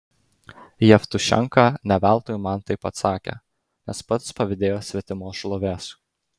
jevtušenka ne veltui man taip atsakė nes pats pavydėjo svetimos šlovės